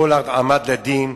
פולארד עמד לדין,